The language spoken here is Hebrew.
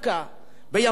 בימים הראשונים,